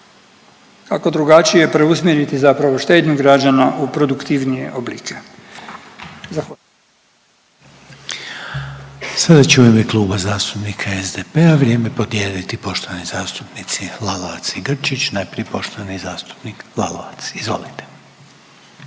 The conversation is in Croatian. kako drugačije preusmjeriti zapravo štednju građana u produktivnije oblike. Zahvaljujem. **Reiner, Željko (HDZ)** Sada će u ime Kluba zastupnika SDP-a vrijeme podijeliti poštovani zastupnici Lalovac i Grčić, najprije poštovani zastupnik Lalovac, izvolite.